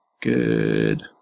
good